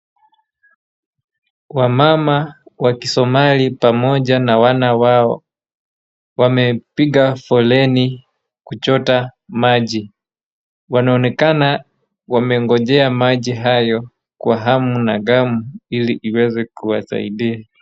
Wamama wa kisomali pamoja na wana wao wamepiga foleni kuchota maji. Wanaonekana wamengojea maji hayo kwa hamu na ghamu ili iweze kuwasaidia.